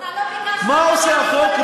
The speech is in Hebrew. מה עושה החוק?